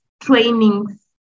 trainings